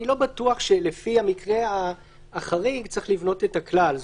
אני לא בטוח שלפי המקרה החריג צריך לבנות את הכלל.